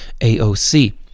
AOC